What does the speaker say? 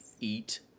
eat